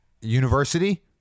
university